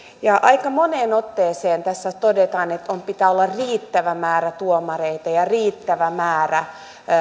aika moneen otteeseen tässä todetaan että pitää olla riittävä määrä tuomareita ja riittävä määrä